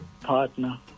partner